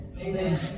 Amen